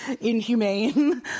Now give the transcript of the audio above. inhumane